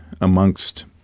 amongst